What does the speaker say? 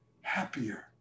happier